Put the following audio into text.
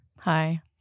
Hi